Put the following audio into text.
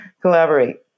collaborate